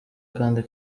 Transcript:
kandi